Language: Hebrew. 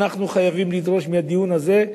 אנחנו חייבים לדרוש מהדיון הזה,